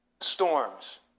storms